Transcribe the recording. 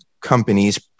companies